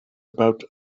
about